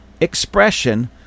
expression